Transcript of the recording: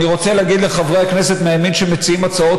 אני רוצה להגיד לחברי הכנסת מהימין שמציעים הצעות